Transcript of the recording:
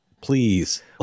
please